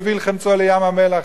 יוביל חמצו לים-המלח,